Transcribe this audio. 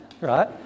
right